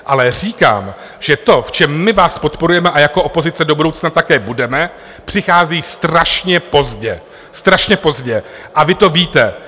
Ale říkám, že to, v čem my vás podporujeme a jako opozice do budoucna také budeme, přichází strašně pozdě, strašně pozdě, a vy to víte.